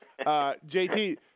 JT